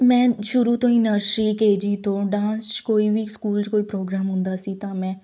ਮੈਂ ਸ਼ੁਰੂ ਤੋਂ ਹੀ ਨਰਸ਼ਰੀ ਕੇ ਜੀ ਤੋਂ ਡਾਂਸ 'ਚ ਕੋਈ ਵੀ ਸਕੂਲ 'ਚ ਕੋਈ ਪ੍ਰੋਗਰਾਮ ਹੁੰਦਾ ਸੀ ਤਾਂ ਮੈਂ